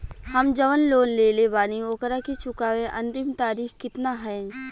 हम जवन लोन लेले बानी ओकरा के चुकावे अंतिम तारीख कितना हैं?